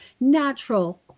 natural